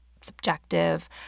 subjective